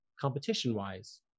competition-wise